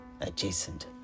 adjacent